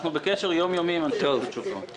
אנחנו בקשר יום-יומי עם אנשי רשות שוק ההון.